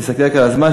תסתכלי רק על הזמן,